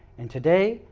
and today,